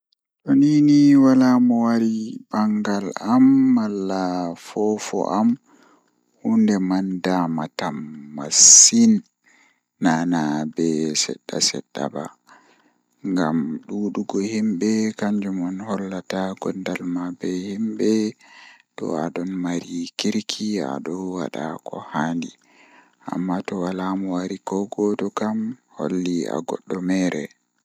Ko ɗuum ɗum faamataa no waɗata baɗtuɗo ngol, sabu ɓeen ɗuum njippeeɗi ɗum no waɗi goonga. So waɗi e naatugol mawɗi, ngam neɗɗo ɓe njogiri e laabi maa e njohi maa, ɓe njari ɗum no waɗi gooto ɗe fami ko a woodi ko waawataa.